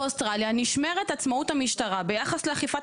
באוסטרליה נשמרת עצמאות המשטרה ביחס לאכיפת